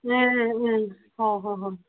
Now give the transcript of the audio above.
ꯑꯥ ꯑꯥ ꯍꯣ ꯍꯣꯏ ꯍꯣꯏ